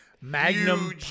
Magnum